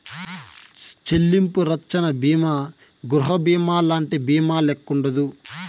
చెల్లింపు రచ్చన బీమా గృహబీమాలంటి బీమాల్లెక్కుండదు